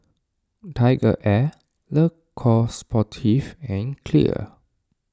TigerAir Le Coq Sportif and Clear